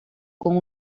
con